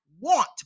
want